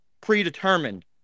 predetermined